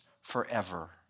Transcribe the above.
forever